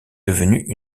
devenue